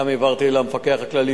גם העברתי למפקח הכללי,